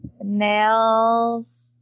nails